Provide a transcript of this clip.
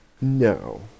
No